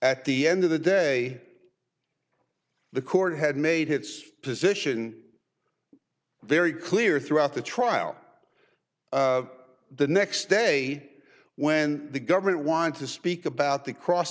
at the end of the day the court had made his position very clear throughout the trial the next day when the government wants to speak about the cross